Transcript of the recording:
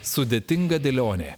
sudėtinga dėlionė